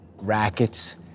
rackets